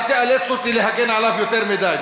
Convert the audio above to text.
אל תאלץ אותי להגן עליו יותר מדי,